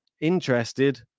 interested